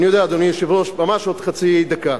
עוד חצי דקה,